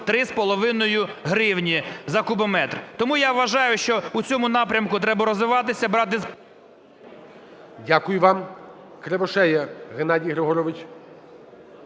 3,5 гривні за кубометр. Тому я вважаю, що у цьому напрямку треба розвиватися, брати… ГОЛОВУЮЧИЙ. Дякую вам. КривошеяГеннадій Григорович.